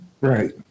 Right